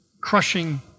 crushing